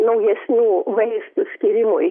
naujesnių vaistų skyrimui